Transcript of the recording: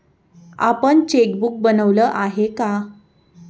आपण चेकबुक बनवलं आहे का?